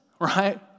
Right